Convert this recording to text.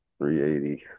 380